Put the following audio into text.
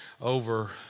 over